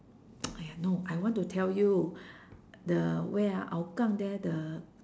!aiya! no I want to tell you the where ah hougang there the